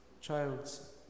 child's